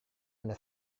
anda